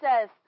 says